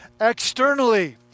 externally